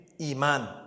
iman